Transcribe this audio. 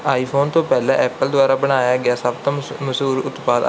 ਆਈ phone ਤੋਂ ਪਹਿਲਾਂ Apple ਦੁਆਰਾ ਬਣਾਇਆ ਗਿਆ ਸਭ ਤੋਂ ਮਸ਼ਹੂਰ ਉਤਪਾਦ ਆਈਪੌਡ ਸੀ